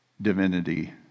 divinity